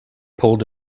pulled